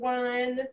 one